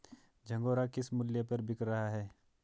झंगोरा किस मूल्य पर बिक रहा है?